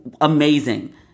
amazing